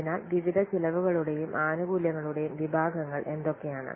അതിനാൽ വിവിധ ചെലവുകളുടെയും ആനുകൂല്യങ്ങളുടെയും വിഭാഗങ്ങൾ എന്തൊക്കെയാണ്